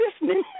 listening